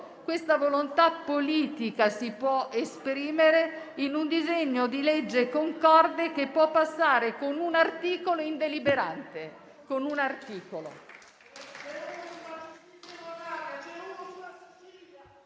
questa volontà politica si può esprimere in un disegno di legge concorde, che può passare con un articolo in sede deliberante;